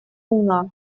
луна